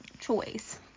choice